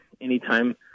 anytime